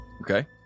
Okay